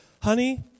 honey